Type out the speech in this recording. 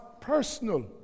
personal